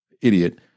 idiot